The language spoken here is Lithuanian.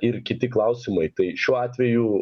ir kiti klausimai tai šiuo atveju